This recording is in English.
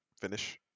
finish